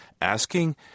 asking